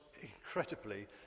incredibly